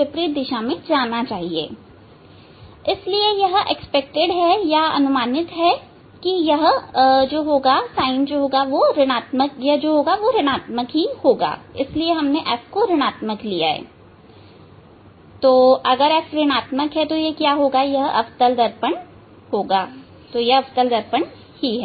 विपरीत दिशा में जाना चाहिए इसलिए अनुमानित है कि यह ऋण आत्मक होगा इसलिए f ऋणआत्मक है यह एक अवतल दर्पण है